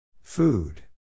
Food